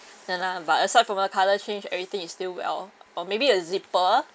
ya lah but aside from the colour change everything is still well or maybe the zipper